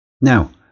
Now